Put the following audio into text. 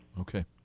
Okay